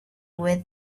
with